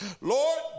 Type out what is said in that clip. Lord